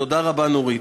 נורית,